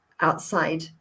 outside